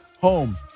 home